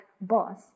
boss